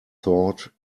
thought